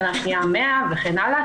שנה שניה 100 וכך הלאה,